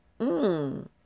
Mmm